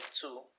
Two